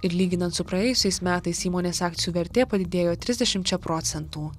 ir lyginant su praėjusiais metais įmonės akcijų vertė padidėjo trisdešimčia procentų